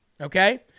Okay